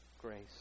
grace